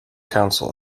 counsel